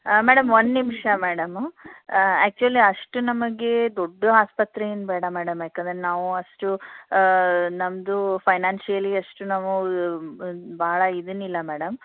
madam ಒಂದು ನಿಮಿಷ madam actually ಅಷ್ಟು ನಮಗೆ ದೊಡ್ಡ ಆಸ್ಪತ್ರೆ ಏನು ಬೇಡ ಮೇಡಮ್ ಯಾಕೆಂದರೆ ನಾವು ಅಷ್ಟು ನಮ್ಮದು ಫೈನಾನ್ಷಿಯಲಿ ಅಷ್ಟು ನಾವು ಬಹಳ ಇದೇನಿಲ್ಲ ಮೇಡಮ್